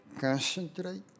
concentrate